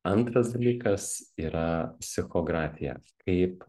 antras dalykas yra psichografija kaip